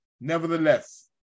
Nevertheless